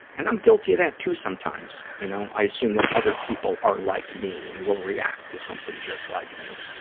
and i'm guilty of that, too, sometimes. sometimes. you know, i assume that other people are like me and will react to something just like me,